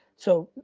so,